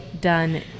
done